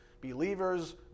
believers